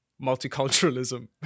multiculturalism